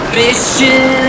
mission